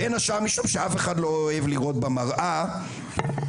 בין השאר משום שאף אחד לא אוהב לראות במראה נבל,